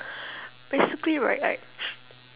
basically right I